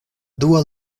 dua